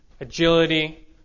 agility